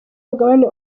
umugabane